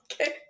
Okay